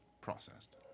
processed